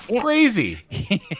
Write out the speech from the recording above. crazy